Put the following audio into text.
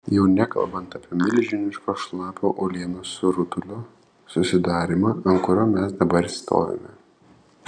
jau nekalbant apie milžiniško šlapio uolienos rutulio susidarymą ant kurio mes dabar stovime